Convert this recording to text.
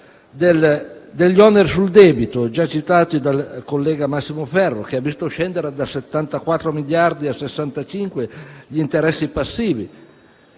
degli oneri sul debito, già citati dal collega Ferro, che ha visto scendere da 74 a 65 miliardi di euro gli interessi passivi.